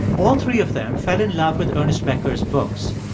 all three of them fell in love with ernest becker's books.